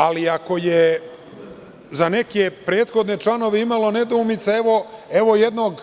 Ali, ako je za neke prethodne članove imalo nedoumica, evo jednog